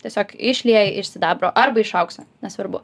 tiesiog išlieji iš sidabro arba iš aukso nesvarbu